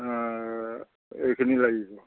এইখিনি লাগিব